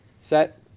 set